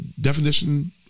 definition